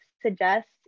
suggest